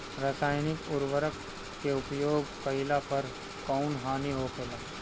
रसायनिक उर्वरक के उपयोग कइला पर कउन हानि होखेला?